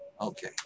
okay